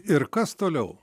ir kas toliau